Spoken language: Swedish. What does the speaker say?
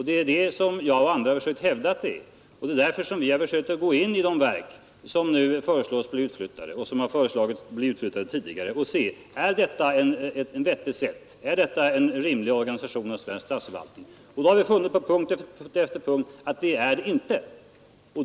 Detta har också jag och andra hävdat, och vi har försökt gå in i de verk som nu föreslås och tidigare föreslagits bli utflyttade för att se efter, om detta är en rimlig organisation av svensk statsförvaltning. Vi har då på punkt efter punkt funnit att det är det inte.